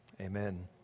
Amen